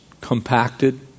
compacted